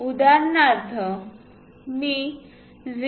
उदाहरणार्थ मी 0